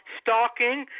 stalking